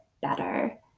better